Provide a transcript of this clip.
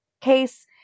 case